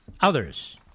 others